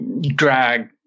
drag